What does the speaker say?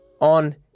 on